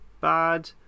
bad